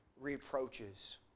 reproaches